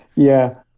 yeah.